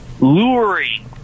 luring